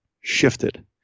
shifted